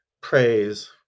praise